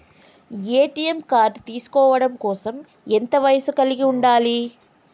ATM card తీసుకోవడం కోసం ఎంత వయస్సు కలిగి ఉండాలి?